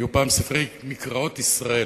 היו פעם ספרי "מקראות ישראל",